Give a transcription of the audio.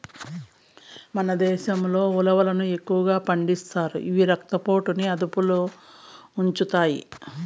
మన దేశంలో ఉలవలను ఎక్కువగా పండిస్తారు, ఇవి రక్త పోటుని అదుపులో ఉంచుతాయి